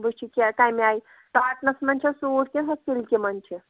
وٕچھٕ کیٛاہ کَمہِ آیہِ کاٹنَس منٛز چھا سوٗٹ کِنہٕ ہُہ سِلکہِ منٛز چھِ